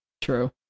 True